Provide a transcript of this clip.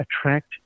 attract